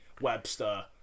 Webster